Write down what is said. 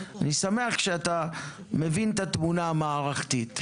אני שמח שאתה מבין את התמונה המערכתית,